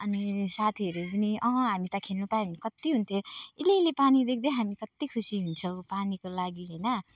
अनि साथीहरू पनि अँ हामी त खेल्नु पायो भने कत्ति हुन्थ्यो अलिअलि पानी देख्दै हामी कत्ति खुसी हुन्छौँ पानीको लागि होइन